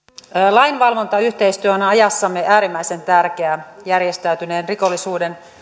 lainvalvontayhteistyö on ajassamme äärimmäisen tärkeää järjestäytyneen rikollisuuden